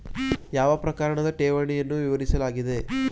ಯಾವ ಪ್ರಕಾರದ ಠೇವಣಿಗಳನ್ನು ವಿವರಿಸಲಾಗಿದೆ?